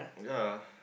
ya